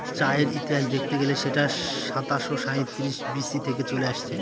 চায়ের ইতিহাস দেখতে গেলে সেটা সাতাশো সাঁইত্রিশ বি.সি থেকে চলে আসছে